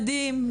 מדהים,